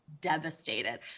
devastated